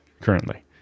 currently